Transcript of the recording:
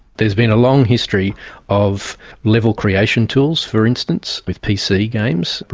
there has been a long history of level creation tools, for instance, with pc games,